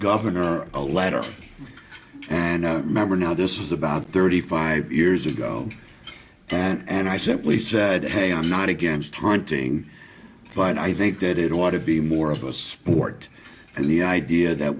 governor a letter and remember now this is about thirty five years ago and i simply said hey i'm not against hunting but i think that it ought to be more of a sport and the idea that